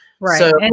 Right